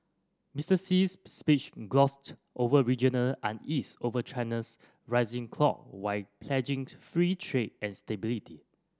Mister Xi's speech glossed over regional unease over China's rising clout while pledging free trade and stability